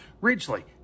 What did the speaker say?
Ridgely